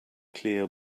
clear